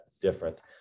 different